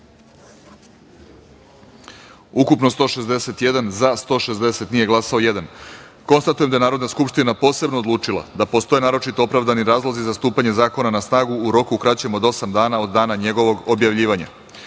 ukupno - 161 narodnih poslanika. Konstatujem da je Narodna skupština posebno odlučila da postoje naročito opravdani razlozi za stupanje zakona na snagu u roku kraćem od osam dana od dana njegovog objavljivanja. Pristupamo